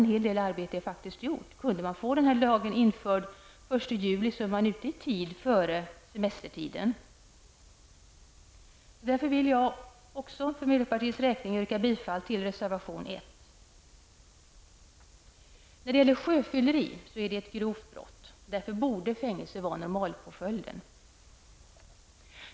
En hel del arbete är faktiskt gjort. Kunde man få denna lag att träda i kraft den 1 juli vore man ute i tid före semesterperioden. Jag vill för miljöpartiets räkning yrka bifall till reservation 1. Sjöfylleri är ett grovt brott. Därför borde fängelse vara normalpåföljden.